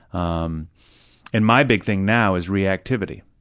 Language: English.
um and my big thing now is reactivity,